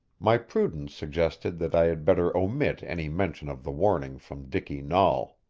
my prudence suggested that i had better omit any mention of the warning from dicky nahl.